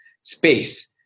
space